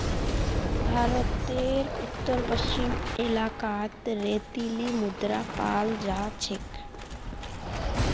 भारतेर उत्तर पश्चिम इलाकात रेतीली मृदा पाल जा छेक